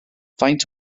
faint